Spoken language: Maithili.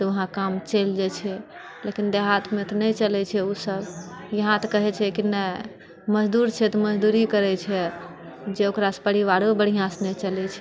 तऽ वहां काम चलि जाइ छै लेकिन देहातमे तऽ नहि चलै छै उ सब यहाँ तऽ कहै छै कि ने मजदूर छै तऽ मजदूरी करै छै जे ओकरासँ परिवारो बढ़िआँसँ नहि चलै छै